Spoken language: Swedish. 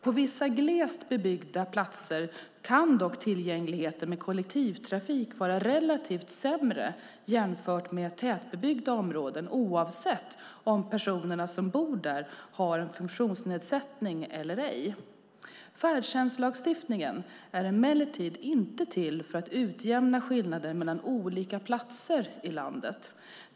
På vissa glest bebyggda platser kan dock tillgängligheten med kollektivtrafik vara relativt sämre jämfört med tätbebyggda områden oavsett om personerna som bor där har funktionsnedsättning eller ej. Färdtjänstlagstiftningen är emellertid inte till för att utjämna skillnader mellan olika platser i landet.